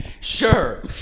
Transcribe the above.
Sure